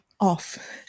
off